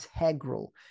integral